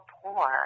poor